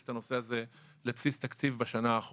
את הנושא הזה לבסיס תקציב בשנה האחרונה,